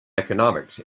economics